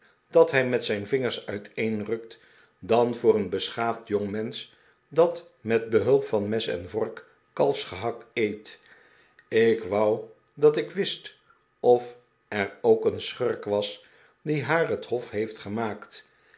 dat hij met zijn vingers uiteenrukt dan voor een beschaafd jongmensch dat met behulp van mes en vork kalfsgehakt eet ik wou dat ik wist of er ook een schurk was die haar het hof heeft gemaakt